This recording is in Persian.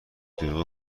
دروغ